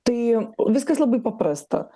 tai viskas labai paprasta